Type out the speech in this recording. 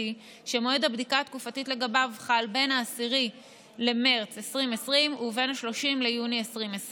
שמועד הבדיקה התקופתית לגביו חל בין 10 במרץ 2020 ובין 30 ביוני 2020